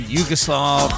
Yugoslav